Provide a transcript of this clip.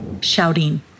shouting